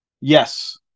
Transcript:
Yes